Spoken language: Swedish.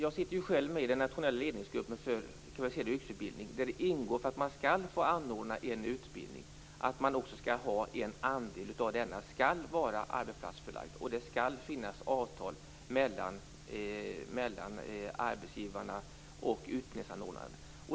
Jag sitter själv med i den nationella ledningsgruppen för kvalificerad yrkesutbildning. För att man skall få anordna en utbildning skall en del av denna vara arbetsplatsförlagd, och det skall finnas avtal mellan arbetsgivarna och utbildningsanordnarna.